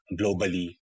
globally